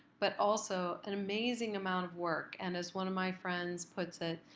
but also an amazing amount of work. and as one of my friends puts it,